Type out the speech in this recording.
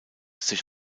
sich